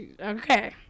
Okay